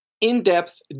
in-depth